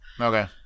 Okay